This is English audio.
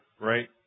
right